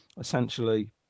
essentially